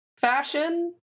fashion